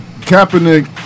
Kaepernick